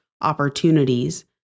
opportunities